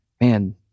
man